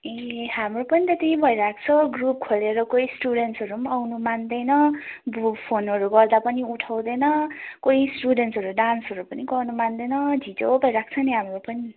ए हाम्रो पनि त त्यही भइरहेको छ ग्रुप खोलेर कोही स्टुडेन्ट्सहरू आउनु मान्दैन अब फोनहरू गर्दा पनि उठाउँदैन कोही स्टुडेन्ट्सहरू डान्स पनि गर्नु मान्दैन झिजो भइहेको छ हाम्रो पनि